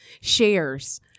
shares